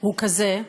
הוא כזה: